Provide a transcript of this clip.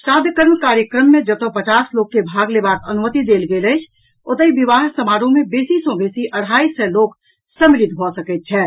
श्रांद्वकर्म कार्यक्रम मे जतऽ पचास लोक के भाग लेवाक अनुमति देल गेल अछि ओतहि विवाह समारोह मे बेसी सँ बेसी अढ़ाई सय लोक सम्मिलित भऽ सकैत छथि